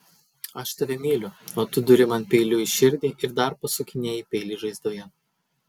aš tave myliu o tu duri man peiliu į širdį ir dar pasukinėji peilį žaizdoje